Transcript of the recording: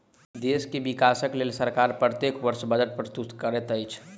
देश के विकासक लेल सरकार प्रत्येक वर्ष बजट प्रस्तुत करैत अछि